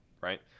right